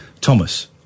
Thomas